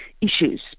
issues